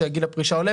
כאשר גיל הפרישה עולה,